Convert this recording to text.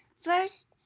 first